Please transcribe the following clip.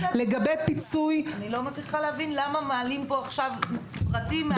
לגבי פיצוי --- אני לא מצליחה להבין למה מעלים פה עכשיו פרטים מהשיחה.